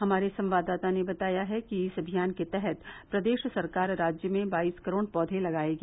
हमारे संवाददाता ने बताय है कि इस अभियान के तहत प्रदेश सरकार राज्य में बाईस करोड़ पौधे लगाएगी